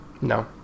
No